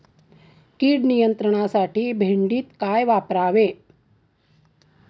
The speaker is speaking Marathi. कीड नियंत्रणासाठी भेंडीत काय वापरावे?